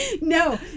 no